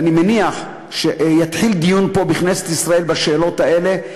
ואני מניח שיתחיל דיון פה בכנסת ישראל בשאלות האלה.